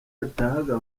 yatahaga